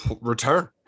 return